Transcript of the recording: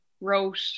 wrote